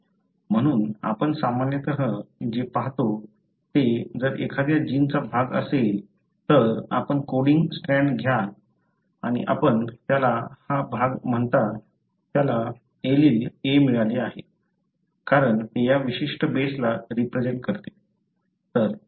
म्हणून आपण सामान्यतः जे पाहतो ते जर एखाद्या जीनचा भाग असेल तर आपण कोडिंग स्ट्रँड घ्याल आणि आपण त्याला हा भाग म्हणता त्याला एलील 'A मिळाले आहे कारण ते या विशिष्ट बेसला रिप्रेझेन्ट करते